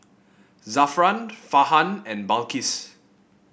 Zafran Farhan and Balqis